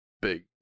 big